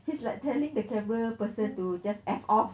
he's like telling the camera person to just F off